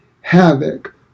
havoc